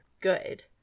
good